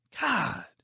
god